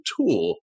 tool